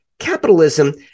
Capitalism